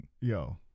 Yo